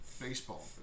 baseball